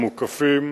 המוקפים